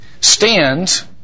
stands